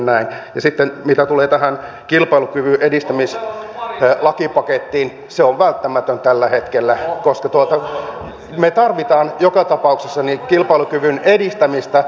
ja sitten mitä tulee tähän kilpailukyvyn edistämislakipakettiin se on välttämätön tällä hetkellä koska me tarvitsemme joka tapauksessa kilpailukyvyn edistämistä